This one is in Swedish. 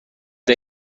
det